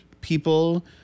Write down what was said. people